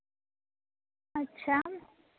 ᱟᱪᱪᱷᱟ